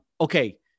Okay